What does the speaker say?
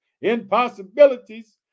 Impossibilities